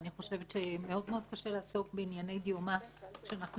אני חושבת שמאוד-מאוד קשה לעסוק בענייני דיומא כשאנחנו